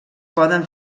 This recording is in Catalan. poden